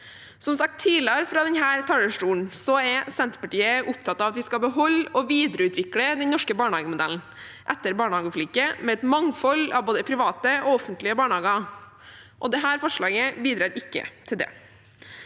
Som sagt tidligere fra denne talerstolen er Senterpartiet opptatt av at vi skal beholde og videreutvikle den norske barnehagemodellen etter barnehageforliket med et mangfold av både private og offentlige barnehager. Dette forslaget bidrar ikke til det.